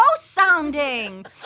sounding